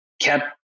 kept